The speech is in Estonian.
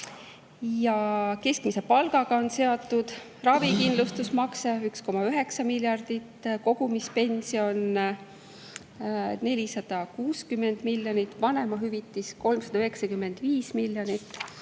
Keskmise palgaga on seotud ravikindlustusmakse – 1,9 miljardit, kogumispension – 460 miljonit, vanemahüvitis – 395 miljonit.